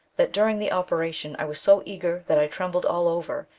that daring the operation i was so eager, that i trembled all over,